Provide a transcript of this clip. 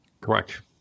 Correct